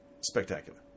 spectacular